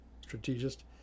strategist